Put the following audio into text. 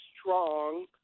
strong